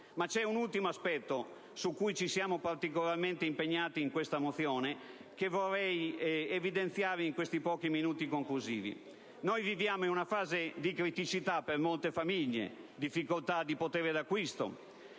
ma c'è un ultimo aspetto su cui ci siamo particolarmente impegnati in questa mozione che vorrei evidenziare in questi minuti conclusivi. Viviamo in una fase di criticità per molte famiglie, di difficoltà di potere d'acquisto: